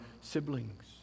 siblings